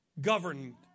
governed